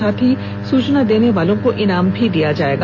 साथ ही सूचना देने वालों को इनाम भी मिलेगा